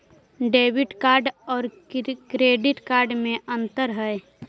Debit card और credit card में अन्तर है?